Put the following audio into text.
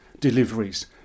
deliveries